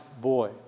boy